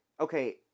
Okay